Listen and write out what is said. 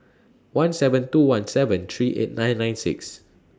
one seven two one seven three eight nine nine six